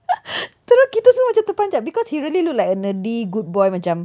terus kita semua macam terperanjat because he really look like a nerdy good boy macam